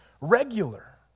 regular